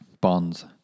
bonds